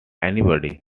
anybody